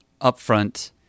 upfront